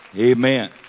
Amen